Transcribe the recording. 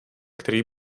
který